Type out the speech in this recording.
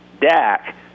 Dak